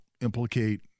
implicate